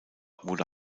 wurde